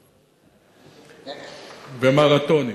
ומרתונים.